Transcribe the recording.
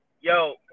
yo